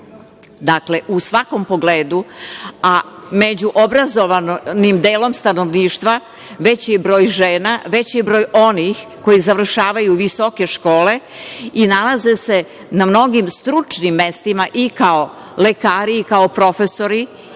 polu. Dakle, u svakom pogledu, a među obrazovanim delom stanovništva veći je broj žena, veći je broj onih koji završavaju visoke škole i nalaze se na mnogim stručnim mestima i kao lekari i kao profesori